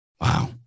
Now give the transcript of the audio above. Wow